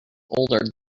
older